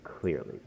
clearly